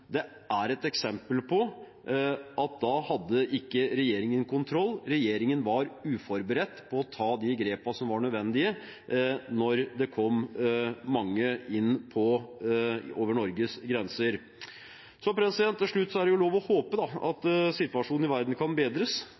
2015 er et eksempel på at regjeringen ikke hadde kontroll. Regjeringen var uforberedt på å ta de grepene som var nødvendig da det kom mange inn over Norges grenser. Til slutt er det lov å håpe at situasjonen i verden kan bedres,